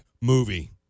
movie